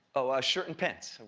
oh, a shirt and pants.